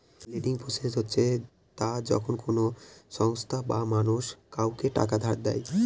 lending process হচ্ছে তা যখন কোনো সংস্থা বা মানুষ কাউকে টাকা ধার দেয়